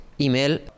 email